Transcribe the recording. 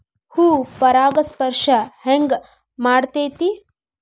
ಹೂ ಪರಾಗಸ್ಪರ್ಶ ಹೆಂಗ್ ಮಾಡ್ತೆತಿ?